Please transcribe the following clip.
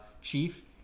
chief